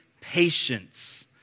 patience